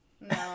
No